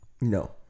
No